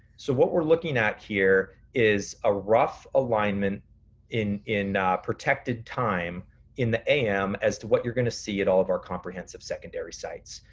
so what we're looking at here is a rough alignment in a protected time in the a m. as to what you're gonna see at all of our comprehensive secondary sites.